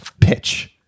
pitch